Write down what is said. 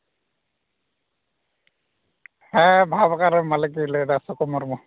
ᱦᱮᱸ ᱵᱟᱦᱟ ᱵᱟᱜᱟᱱ ᱨᱮᱱ ᱢᱟᱞᱤᱠᱤᱧ ᱞᱟᱹᱭᱫᱟ ᱥᱩᱠᱩ ᱢᱩᱨᱢᱩ